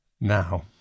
now